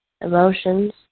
emotions